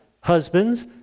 husbands